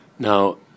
Now